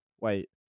Wait